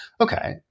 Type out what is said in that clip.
okay